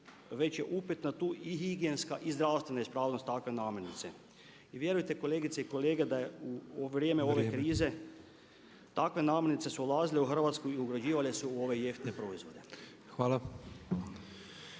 već je upitna tu i higijenska i zdravstvena ispravnost takve namirnice. I vjerujte kolegice i kolege da je u vrijeme ove krize takve namirnice su ulazile u Hrvatsku i ugrađivale se u ove jeftine proizvode.